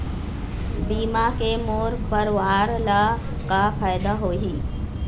बीमा के मोर परवार ला का फायदा होही?